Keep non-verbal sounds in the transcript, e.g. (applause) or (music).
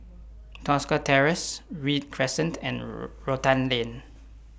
Tosca Terrace Read Crescent and (unintelligible) Rotan Lane